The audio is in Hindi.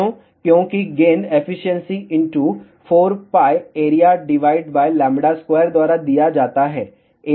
क्यों क्योंकि गेन एफिशिएंसी 4π area λ square द्वारा दिया जाता है